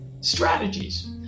strategies